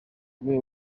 rwego